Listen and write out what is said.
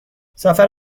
سفر